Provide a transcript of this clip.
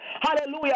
hallelujah